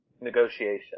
negotiation